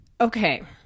okay